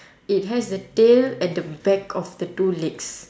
it has a tail at the back of the two legs